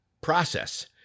process